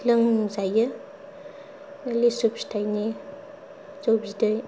लोंजायो लिसु फिथाइनि जौ बिदै